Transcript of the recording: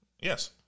Yes